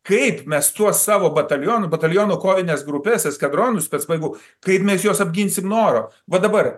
kaip mes tuos savo bataliono bataliono kovines grupes eskadronusspecpajėgų kaip mes juos apginsim nuo oro va dabar